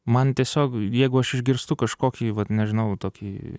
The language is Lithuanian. man tiesiog jeigu aš išgirstu kažkokį vat nežinau tokį